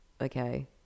okay